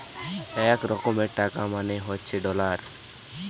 এক রকমের টাকা মানে হচ্ছে ডলার